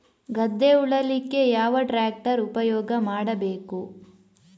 ಗದ್ದೆ ಉಳಲಿಕ್ಕೆ ಯಾವ ಟ್ರ್ಯಾಕ್ಟರ್ ಉಪಯೋಗ ಮಾಡಬೇಕು?